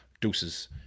deuces